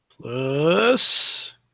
Plus